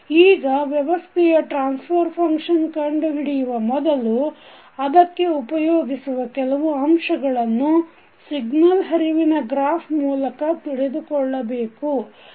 ಈಗ ವ್ಯವಸ್ಥೆಯ transfer function ಕಂಡುಹಿಡಿಯುವ ಮೊದಲು ಅದಕ್ಕೆ ಉಪಯೋಗಿಸುವ ಕೆಲವು ಅಂಶಗಳನ್ನು ಸಿಗ್ನಲ್ ಹರಿವಿನ ಗ್ರಾಫ್ ಮೂಲಕ ತಿಳಿದುಕೊಳ್ಳಬೇಕು